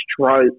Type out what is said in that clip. stroke